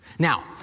Now